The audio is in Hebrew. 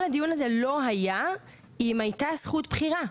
הדיון הזה לא היה אם הייתה זכות בחירה.